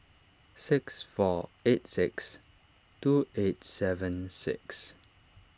six four eight six two eight seven six